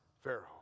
Pharaoh